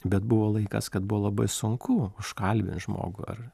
bet buvo laikas kad buvo labai sunku užkalbint žmogų ar